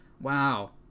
Wow